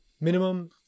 minimum